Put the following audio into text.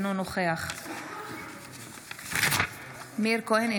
אינו נוכח מאיר כהן,